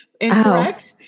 incorrect